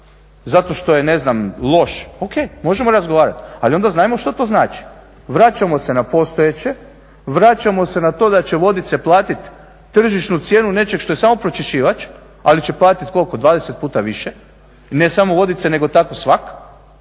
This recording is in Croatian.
zato što je ne znam loš, O.K. možemo razgovarati ali onda znajmo što to znači. Vraćamo se na postojeće, vraćamo se na to da će Vodice platiti tržišnu cijenu nečeg što je samo pročiščivać ali će platiti koliko, 20 puta više i ne samo Vodice nego tako svak.